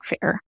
fair